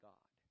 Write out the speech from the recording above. God